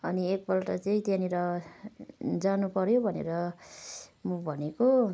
अनि एकपल्ट चाहिँ त्यहाँनिर जानु पऱ्यो भनेर म भनेको